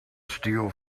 steel